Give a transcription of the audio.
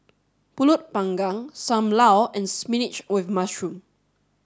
Pulut panggang Sam Lau and Spinach with Mushroom